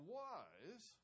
wise